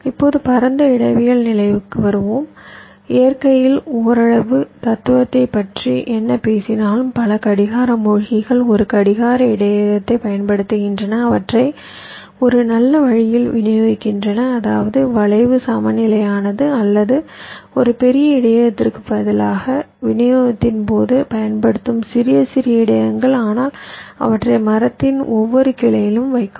இப்போது பரந்த இடவியல் நிலைகளுக்கு வருவோம் இயற்கையில் ஓரளவு தத்துவத்தைப் பற்றி என்ன பேசினாலும் பல கடிகார மூழ்கிகள் ஒரு கடிகார இடையகத்தைப் பயன்படுத்துகின்றன அவற்றை ஒரு நல்ல வழியில் விநியோகிக்கின்றன அதாவது வளைவு சமநிலையானது அல்லது ஒரு பெரிய இடையகத்திற்குப் பதிலாக விநியோகத்தின் போது பயன்படுத்தவும் சிறிய சிறிய இடையகங்கள் ஆனால் அவற்றை மரத்தின் ஒவ்வொரு கிளையிலும் வைக்கவும்